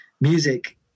music